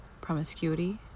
promiscuity